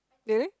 did they